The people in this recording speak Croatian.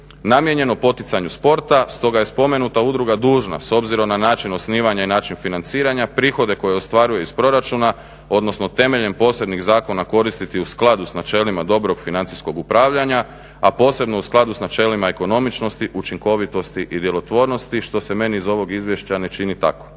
namijenjenu poticanju sporta, stoga je spomenuta udruga dužna s obzirom na način osnivanja i na način financiranja prihode koje ostvaruje iz proračuna, odnosno temeljem posebnih zakona koristiti u skladu s načelima dobrog financijskog upravljanja, a posebno u skladu s načelima ekonomičnosti, učinkovitosti i djelotvornosti što se meni iz ovog izvješća ne čini tako.